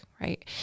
right